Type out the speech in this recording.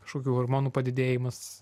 kažkokių hormonų padidėjimas